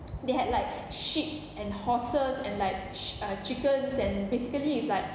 they had like sheeps and horses and like ch~ uh chickens and basically it's like